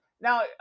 Now